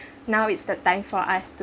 now it's the time for us to